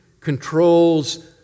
controls